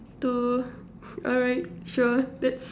to alright sure let's